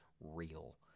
real